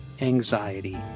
Anxiety